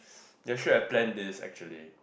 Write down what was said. they should have plan this actually